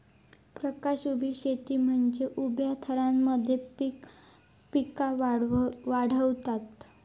प्रकाश उभी शेती म्हनजे उभ्या थरांमध्ये पिका वाढवता